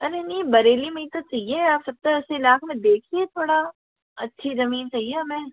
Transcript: अरे नहीं बरेली में तो चाहिए आप सत्तर अस्सी लाख में देखिए थोड़ा अच्छी जमीन चाहिए हमें